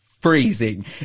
Freezing